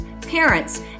parents